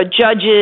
judges